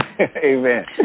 Amen